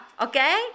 Okay